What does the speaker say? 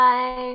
Bye